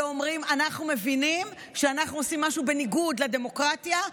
ואומרים: אנחנו מבינים שאנחנו עושים משהו בניגוד לדמוקרטיה,